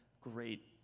great